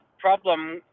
problem